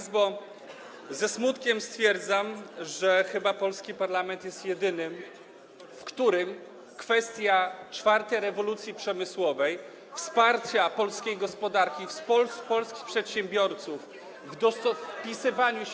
Ze smutkiem stwierdzam, że chyba polski parlament jest jedynym, w którym kwestia czwartej rewolucji przemysłowej, wsparcia polskiej gospodarki, polskich przedsiębiorców we wpisywanie się.